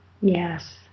Yes